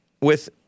with-